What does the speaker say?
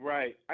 Right